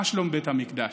מה שלום בית המקדש?"